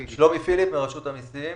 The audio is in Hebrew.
פיליפ, רשות המיסים.